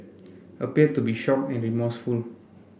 appeared to be shocked and remorseful